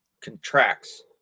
contracts